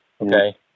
Okay